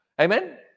Amen